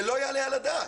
זה לא יעלה על הדעת.